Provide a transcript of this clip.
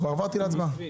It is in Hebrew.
כבר עברתי להצבעה.